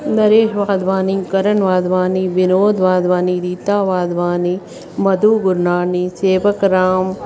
Naresh Wadhwani Karan Wadhwani Vinod Wadhwani Rita Wadhwani Madhu Gurnani Sevak Ram